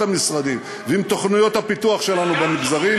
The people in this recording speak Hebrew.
המשרדים ועם תוכניות הפיתוח שלנו במגזרים,